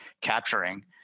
capturing